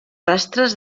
rastres